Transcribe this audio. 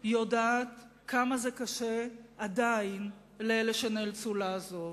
יודעת כמה זה קשה עדיין לאלה שנאלצו לעזוב,